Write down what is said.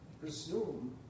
presume